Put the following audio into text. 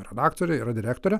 redaktoriai yra direktorė